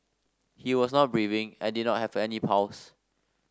he was not breathing and did not have any pulse